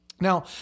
Now